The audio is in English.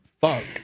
Fuck